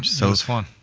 so so fun.